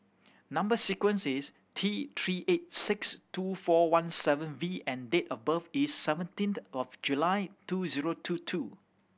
number sequence is T Three eight six two four one seven V and date of birth is seventeenth of July two zero two two